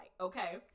Okay